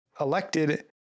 elected